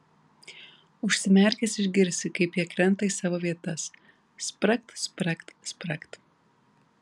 užsimerkęs išgirsi kaip jie krenta į savo vietas spragt spragt spragt